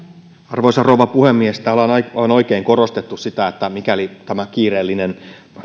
arvoisa rouva puhemies täällä on oikein korostettu sitä että mikäli tämä kiireellinen